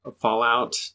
fallout